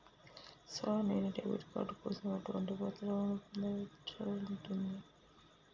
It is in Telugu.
సార్ నేను డెబిట్ కార్డు కోసం ఎటువంటి పత్రాలను పొందుపర్చాల్సి ఉంటది?